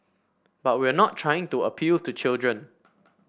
but we're not trying to appeal to children